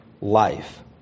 life